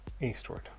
eastward